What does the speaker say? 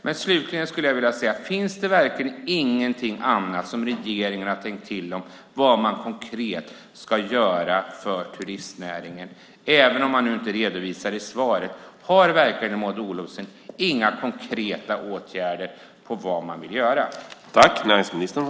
Men slutligen skulle jag vilja fråga: Finns det verkligen ingenting annat som regeringen har tänkt till om när det gäller vad man konkret ska göra för turistnäringen, även om man inte redovisar det i svaret? Har Maud Olofsson verkligen inga konkreta åtgärder i fråga om vad man vill göra?